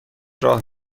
راه